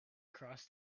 across